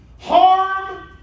harm